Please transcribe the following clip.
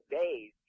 days